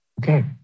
Okay